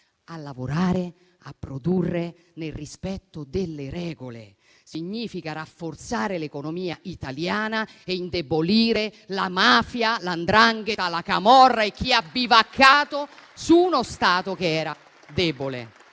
a lavorare e a produrre nel rispetto delle regole. Significa rafforzare l'economia italiana e indebolire la mafia, la 'ndrangheta, la camorra e chi ha bivaccato su uno Stato che era debole.